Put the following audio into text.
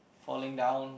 falling down